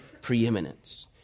preeminence